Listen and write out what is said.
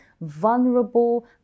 vulnerable